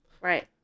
Right